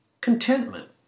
contentment